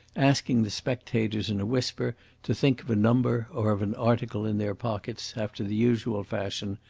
asking the spectators in a whisper to think of a number or of an article in their pockets, after the usual fashion,